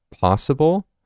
possible